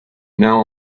now